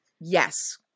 Yes